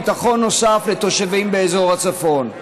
ביטחון נוסף לתושבים באזור הצפון.